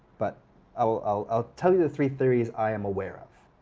but i'll tell you the three theories i am aware of.